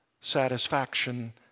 satisfaction